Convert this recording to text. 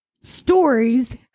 stories